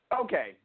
okay